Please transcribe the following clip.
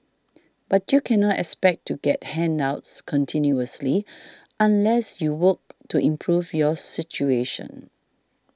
but you cannot expect to get handouts continuously unless you work to improve your situation